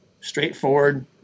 straightforward